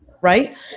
right